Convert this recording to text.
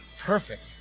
perfect